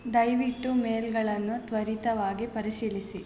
ದಯವಿಟ್ಟು ಮೇಲ್ಗಳನ್ನು ತ್ವರಿತವಾಗಿ ಪರಿಶೀಲಿಸಿ